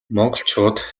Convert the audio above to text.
монголчууд